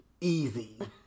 Easy